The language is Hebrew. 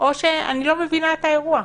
או שאני לא מבינה את האירוע.